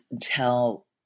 tell